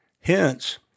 Hence